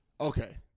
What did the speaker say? Okay